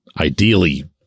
ideally